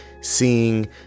seeing